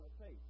faith